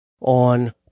on